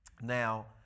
Now